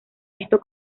esto